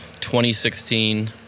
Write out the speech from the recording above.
2016